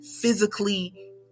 physically